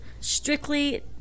strictly